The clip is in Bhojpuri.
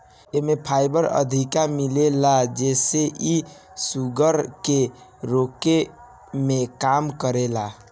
एमे फाइबर अधिका मिलेला जेसे इ शुगर के रोके में काम करेला